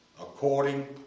According